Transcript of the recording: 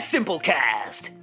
Simplecast